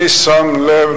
אני שם לב.